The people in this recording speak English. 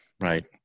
right